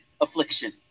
affliction